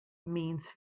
means